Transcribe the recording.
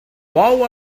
bou